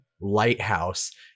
lighthouse